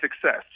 success